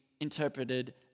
interpreted